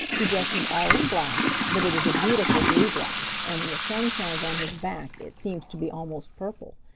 he dresses all in black, but it is a beautiful blue-black, and when the sun shines on his back it seems to be almost purple.